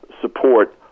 support